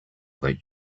that